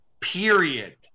period